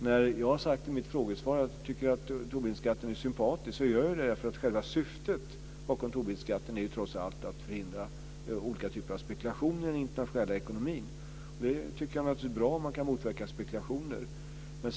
När jag har sagt i mitt frågesvar att jag tycker att Tobinskatten är sympatisk är det för att själva syftet bakom Tobinskatten trots allt är att förhindra olika typer av spekulation i den internationella ekonomin. Jag tycker naturligtvis att det är bra om man kan motverka spekulation.